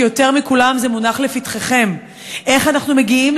כי יותר מכולם זה מונח לפתחכם: איך אנחנו מגיעים